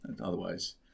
Otherwise